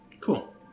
Cool